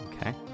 Okay